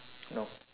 no